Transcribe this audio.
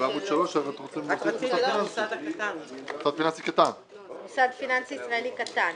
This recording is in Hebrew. את רצית מוסד פיננסי ישראלי קטן.